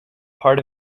part